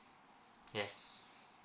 yes